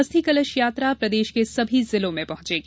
अस्थि कलश यात्रा प्रदेश के सभी जिलों में पहॅचेगी